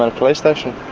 and police station.